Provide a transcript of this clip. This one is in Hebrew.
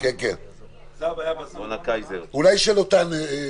--- אולי רונה קייזר יכול לתת את הנתון